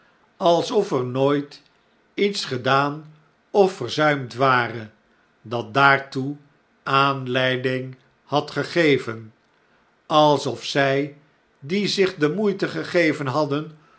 alsof er nooit iets gedaan of verzuimd ware dat daartoe aanleiding had gegeven alsof zy die zich de moeite gegeven hadden